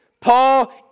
Paul